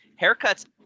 haircuts